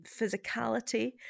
physicality